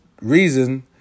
reason